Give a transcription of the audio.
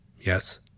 Yes